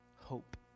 hope